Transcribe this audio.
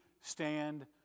stand